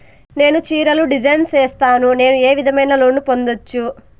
నేను చీరలు డిజైన్ సేస్తాను, నేను ఏ విధమైన లోను పొందొచ్చు